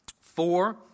Four